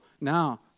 now